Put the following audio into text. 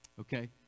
Okay